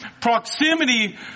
proximity